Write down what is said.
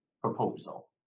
proposal